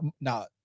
now